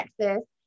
Texas